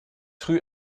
rue